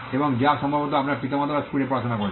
এবং যা সম্ভবত আপনার পিতামাতারা স্কুলে পড়াশোনা করেছেন